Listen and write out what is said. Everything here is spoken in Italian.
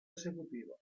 esecutivo